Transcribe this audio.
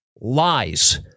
lies